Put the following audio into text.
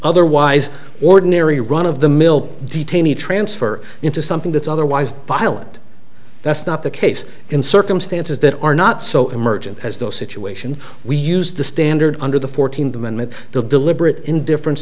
otherwise ordinary run of the mill detainee transfer into something that's otherwise violent that's not the case in circumstances that are not so emergent as though situation we use the standard under the fourteenth amendment the deliberate indifference